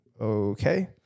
Okay